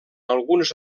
alguns